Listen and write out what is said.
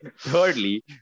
thirdly